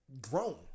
grown